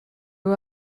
aux